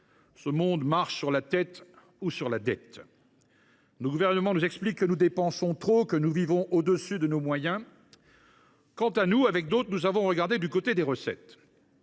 ce monde marche sur la tête – ou sur la dette ! Nos gouvernants nous expliquent que nous dépensons trop, que nous vivons au dessus de nos moyens. Pour notre part, nous avons regardé du côté des recettes